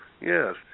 yes